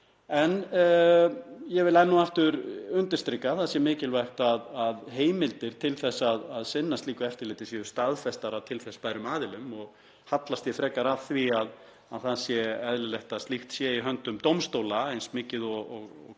En ég vil enn og aftur undirstrika að það er mikilvægt að heimildir til að sinna slíku eftirliti séu staðfestar af til þess bærum aðilum og hallast ég frekar að því að eðlilegt sé að slíkt sé í höndum dómstóla eins mikið og kostur